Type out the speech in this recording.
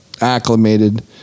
acclimated